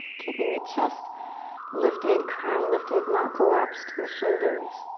keeping the chest lifted, crown lifted, not collapsed in the shoulders.